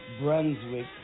Brunswick